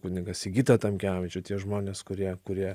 kunigą sigitą tamkevičių tie žmonės kurie kurie